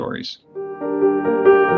stories